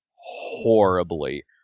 horribly